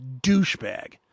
douchebag